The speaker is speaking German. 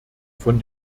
von